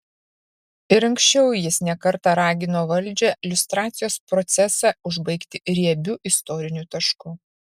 ir anksčiau jis ne kartą ragino valdžią liustracijos procesą užbaigti riebiu istoriniu tašku